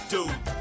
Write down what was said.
Dude